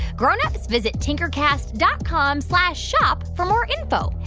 grown-ups, visit tinkercast dot com slash shop for more info.